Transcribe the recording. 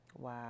Wow